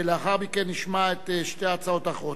ולאחר מכן נשמע את שתי ההצעות האחרות.